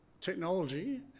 technology